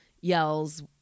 yells